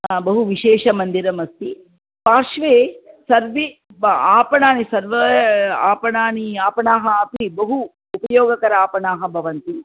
हा बहुविशेषमन्दिरमस्ति पार्श्वे सर्वे ब आपणानि सर्व आपणानि आपणाः अपि बहु उपयोगकर आपणाः भवन्ति